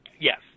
yes